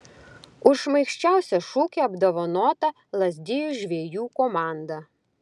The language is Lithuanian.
už šmaikščiausią šūkį apdovanota lazdijų žvejų komanda